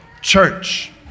church